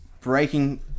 Breaking